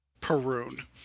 Perun